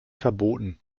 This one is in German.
verboten